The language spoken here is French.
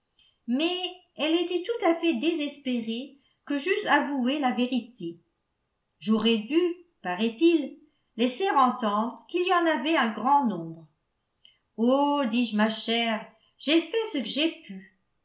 mais elle était tout à fait désespérée que j'eusse avoué la vérité j'aurais dû paraît-il laisser entendre qu'il y en avait un grand nombre oh dis-je ma chère j'ai fait ce que j'ai pu